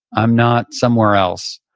i'm not somewhere else.